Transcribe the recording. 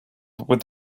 with